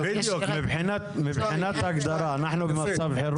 מבחינת הגדרה, אנחנו בצו חירום?